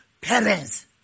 Parents